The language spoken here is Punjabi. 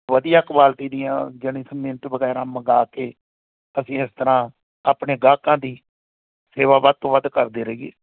ਵਧੀਆ ਕੁਆਲਿਟੀ ਦੀਆਂ ਯਾਨੀ ਸੀਮਿੰਟ ਵਗੈਰਾ ਮੰਗਵਾ ਕੇ ਅਸੀਂ ਇਸ ਤਰ੍ਹਾਂ ਆਪਣੇ ਗਾਹਕਾਂ ਦੀ ਸੇਵਾ ਵੱਧ ਤੋਂ ਵੱਧ ਕਰਦੇ ਰਹੀਏ